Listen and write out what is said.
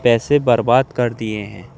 پیسے برباد کر دیے ہیں